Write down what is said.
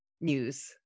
news